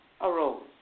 arose